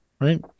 right